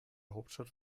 hauptstadt